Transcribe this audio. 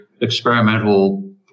experimental